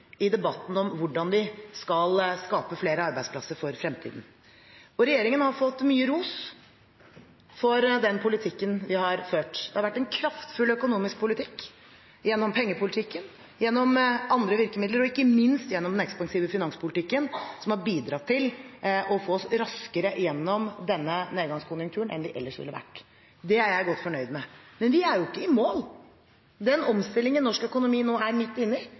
i debatten om hvordan vi skal skape flere arbeidsplasser for fremtiden. Regjeringen har fått mye ros for den politikken vi har ført. Det har vært en kraftfull økonomisk politikk, gjennom pengepolitikken, gjennom andre virkemidler og ikke minst gjennom den ekspansive finanspolitikken, som har bidratt til å få oss raskere gjennom denne nedgangskonjunkturen enn vi ellers ville vært. Det er jeg godt fornøyd med. Men vi er ikke i mål. Den omstillingen norsk økonomi nå er midt